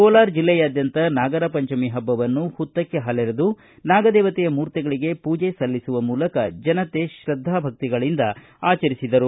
ಕೋಲಾರ ಜಿಲ್ಲೆಯಾದ್ಯಂತ ನಾಗರಪಂಚಮಿ ಹಬ್ಬವನ್ನು ಹುತ್ತಕ್ಕೆ ಹಾಲೆರೆದು ನಾಗದೇವತೆಯ ಮೂರ್ತಿಗಳಿಗೆ ಪೂಜೆ ಸಲ್ಲಿಸುವ ಮೂಲಕ ಜನತೆ ಶ್ರದ್ಧಾ ಭಕ್ತಿಗಳಿಂದ ಆಚರಿಸಿದರು